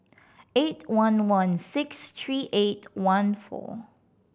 eight one one six three eight one four